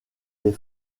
des